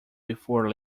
before